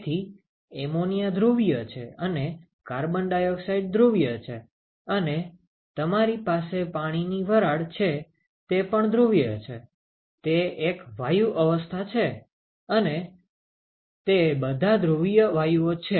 તેથી એમોનિયા ધ્રુવીય છે અને કાર્બન ડાયોક્સાઇડ ધ્રુવીય છે અને તમારી પાસે પાણીની વરાળ છે તે પણ ધ્રુવીય છે તે એક વાયુ અવસ્થા છે અને તે બધા ધ્રુવીય વાયુઓ છે